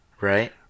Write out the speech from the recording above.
right